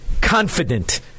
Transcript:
confident